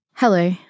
Hello